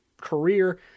career